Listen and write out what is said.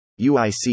UIC